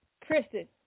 Kristen